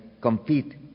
compete